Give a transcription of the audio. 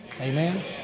Amen